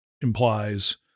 implies